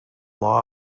law